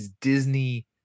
Disney